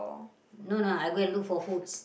no no I go and look for food